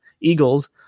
Eagles